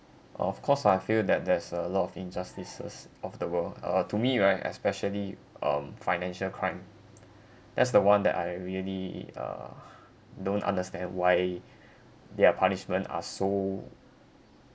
of course I feel that there's a lot of injustices of the world uh to me right especially um financial crime that's the one that I really uh don't understand why their punishments are so